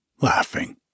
laughing